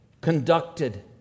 conducted